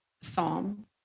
psalm